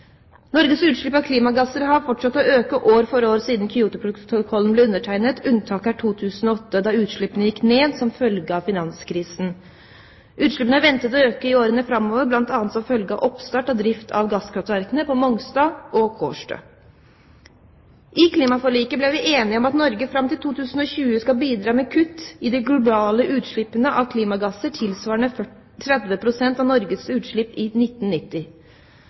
Norges utslipp av klimagasser har fortsatt å øke år for år siden Kyotoprotokollen ble undertegnet. Unntaket er 2008, da utslippene gikk ned som følge av finanskrisen. Utslippene er ventet å øke i årene framover, bl.a. som følge av oppstart og drift av gasskraftverkene på Mongstad og Kårstø. I klimaforliket ble vi enige om at Norge fram til 2020 skal bidra med kutt i de globale utslippene av klimagasser tilsvarende 30 pst. av Norges utslipp i 1990.